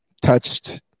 Touched